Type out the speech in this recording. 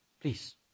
please